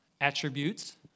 attributes